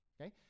okay